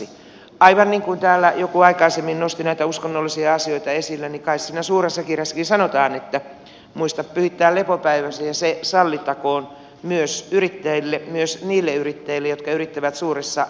aivan niin kuin täällä joku aikaisemmin nosti näitä uskonnollisia asioita esille niin kai siinä suuressa kirjassakin sanotaan että muista pyhittää lepopäiväsi ja se sallittakoon myös yrittäjille myös niille yrittäjille jotka yrittävät suurissa kauppakeskuksissa